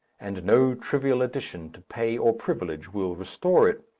and no trivial addition to pay or privilege will restore it.